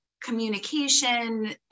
communication